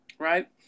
Right